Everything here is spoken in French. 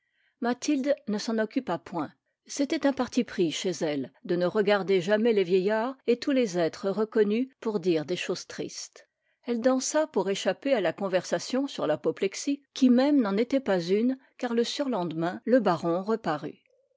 mathilde ne s'en occupa point c'était un parti pris chez elle de ne regarder jamais les vieillards et tous les êtres reconnus pour dire des choses tristes elle dansa pour échapper à la conversation sur l'apoplexie qui même n'en était pas une car le surlendemain le baron reparut